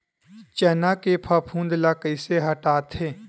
चना के फफूंद ल कइसे हटाथे?